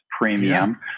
premium